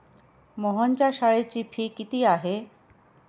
मोहनच्या शाळेची फी किती आहे?